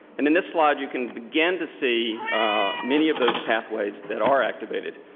and in this slide, you can begin to see many of those pathways that are activated,